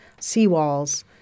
seawalls